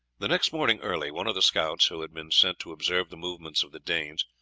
the next morning early, one of the scouts, who had been sent to observe the movements of the danes,